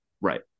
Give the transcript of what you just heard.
Right